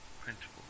Principle